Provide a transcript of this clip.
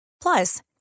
plus